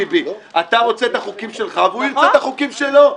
טיבי אתה רוצה את החוקים שלך והוא ירצה את החוקים שלו.